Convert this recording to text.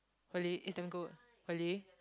really is damn good really